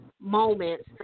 moments